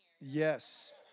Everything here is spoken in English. Yes